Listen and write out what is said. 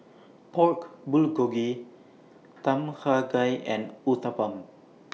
Pork Bulgogi Tom Kha Gai and Uthapam